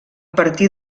partir